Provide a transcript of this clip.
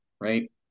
right